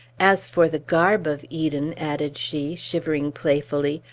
as for the garb of eden, added she, shivering playfully,